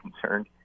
concerned